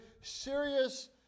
serious